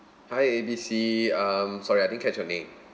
hi A B C um sorry I didn't catch your name